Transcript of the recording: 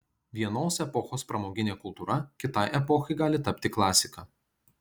vienos epochos pramoginė kultūra kitai epochai gali tapti klasika